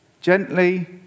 gently